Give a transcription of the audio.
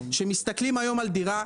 כשמסתכלים היום על דירה,